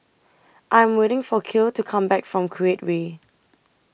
I'm waiting For Kiel to Come Back from Create Way